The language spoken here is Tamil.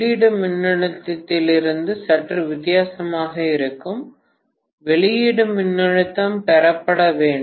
உள்ளீட்டு மின்னழுத்தத்திலிருந்து சற்று வித்தியாசமாக இருக்கும் வெளியீட்டு மின்னழுத்தம் பெறப்பட வேண்டும்